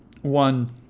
One